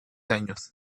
años